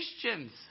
Christians